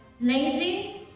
lazy